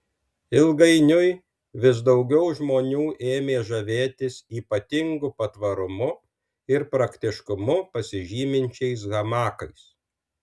ilgainiui vis daugiau žmonių ėmė žavėtis ypatingu patvarumu ir praktiškumu pasižyminčiais hamakais